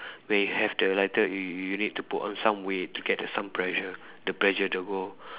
when you have the lighter you you you need to put on some weight to get the some pressure the pressure the go